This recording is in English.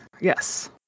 Yes